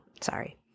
Sorry